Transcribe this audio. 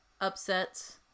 upsets